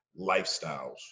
lifestyles